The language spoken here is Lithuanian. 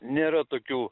nėra tokių